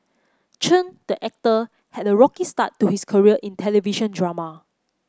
Chen the actor had a rocky start to his career in television drama